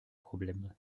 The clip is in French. problème